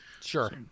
Sure